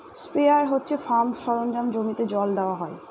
sprayer হচ্ছে farm সরঞ্জাম জমিতে জল দেওয়া হয়